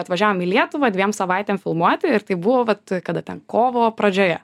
atvažiavom į lietuvą dviem savaitėm filmuoti ir tai buvo vat kada ten kovo pradžioje